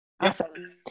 Awesome